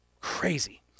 Crazy